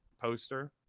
poster